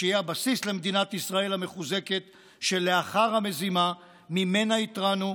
שיהיה הבסיס למדינת ישראל המחוזקת שלאחר המזימה שמפניה התרענו,